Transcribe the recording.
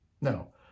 no